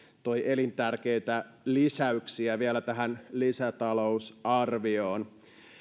toi elintärkeitä lisäyksiä vielä tähän lisätalousarvioon